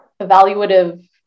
evaluative